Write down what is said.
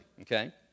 okay